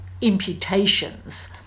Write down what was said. imputations